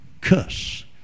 cuss